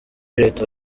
reta